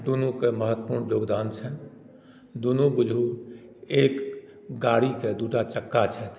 दुनूकेँ महत्वपुर्ण योगदान छनि दुनू बुझु एक गाड़ीकेँ दूटा चक्का छथि